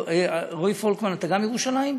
רועי פולקמן, אתה גם מירושלים?